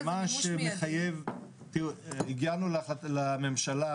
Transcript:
הגענו לממשלה